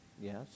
Yes